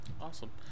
Awesome